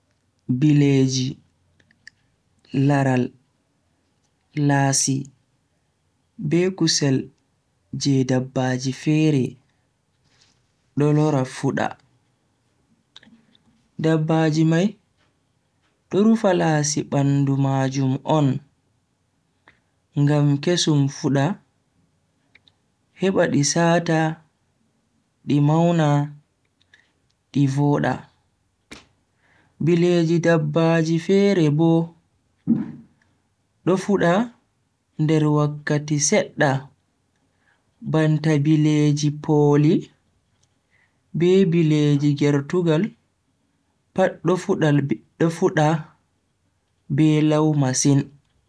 Bileeji, laral, laasi, be kusel je dabbaji fere do lora fuuda. Dabbaji mai do rufa laasi bandu majum on ngam kesum fuda heba ndi saata di mauna di voda. Bileeji dabbaji fere bo, do fuda nder wakkati sedda banta bileeji pooli, be bileeji gertugaal pat do fuda be lau masin.